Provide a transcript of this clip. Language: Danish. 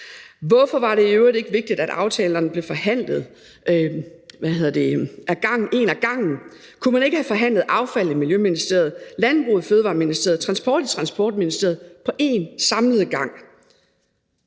Hvorfor var det i øvrigt ikke vigtigt, at aftalerne blev forhandlet en ad gangen? Kunne man ikke have forhandlet affald i Miljøministeriet, landbrug i Fødevareministeriet og transport i Transportministeriet på en og samme gang?